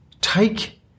take